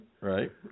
Right